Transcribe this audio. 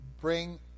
bring